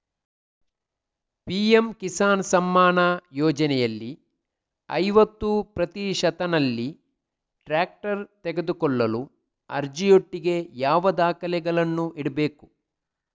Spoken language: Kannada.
ಪಿ.ಎಂ ಕಿಸಾನ್ ಸಮ್ಮಾನ ಯೋಜನೆಯಲ್ಲಿ ಐವತ್ತು ಪ್ರತಿಶತನಲ್ಲಿ ಟ್ರ್ಯಾಕ್ಟರ್ ತೆಕೊಳ್ಳಲು ಅರ್ಜಿಯೊಟ್ಟಿಗೆ ಯಾವ ದಾಖಲೆಗಳನ್ನು ಇಡ್ಬೇಕು?